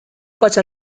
pasa